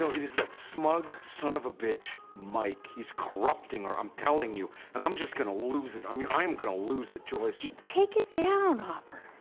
is that smug son of a bitch mike. he's corrupting her. i'm telling you and i'm just gonna lose it i mean, i'm gonna lose it, joyce! just take it down, hopper.